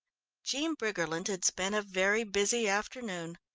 jean briggerland had spent a very busy afternoon.